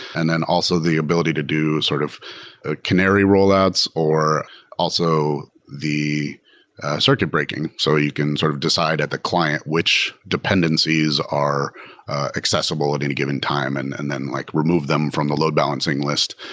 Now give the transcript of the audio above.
and then also the ability to do sort of canary rollouts, or also the circuit breaking. so you can sort of decide at the client which dependencies are accessible at any given time and and then like remove them from the load-balancing list,